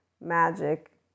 magic